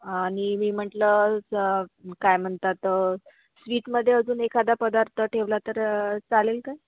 आणि मी म्हटलं स काय म्हणतात स्वीटमध्ये अजून एखादा पदार्थ ठेवला तर चालेल का